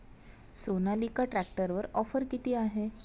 सोनालिका ट्रॅक्टरवर ऑफर किती आहे?